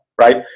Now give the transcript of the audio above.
right